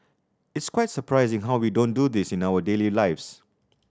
it's quite surprising how we don't do this in our daily lives